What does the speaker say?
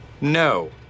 No